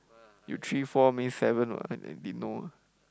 you three four mean seven [what] I I didn't know